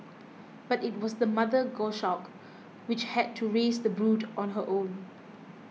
but it was the mother goshawk which had to raise the brood on her own